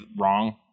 wrong